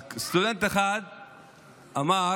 סטודנט אחד אמר: